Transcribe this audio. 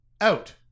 out